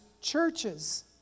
churches